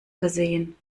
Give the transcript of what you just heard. versehen